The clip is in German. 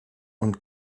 und